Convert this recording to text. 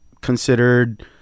Considered